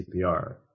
cpr